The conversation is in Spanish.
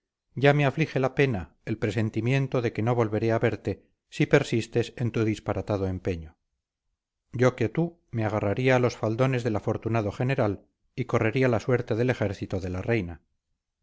ya me aflige la pena el presentimiento de que no volveré a verte si persistes en tu disparatado empeño yo que tú me agarraría a los faldones del afortunado general y correría la suerte del ejército de la reina